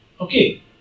Okay